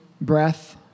breath